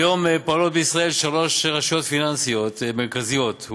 כיום פועלות בישראל שלוש רשויות פיננסיות מרכזיות,